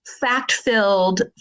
fact-filled